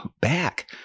back